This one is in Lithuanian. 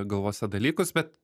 galvose dalykus bet